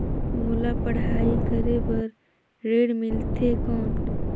मोला पढ़ाई करे बर ऋण मिलथे कौन?